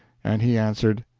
and he answered,